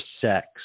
sex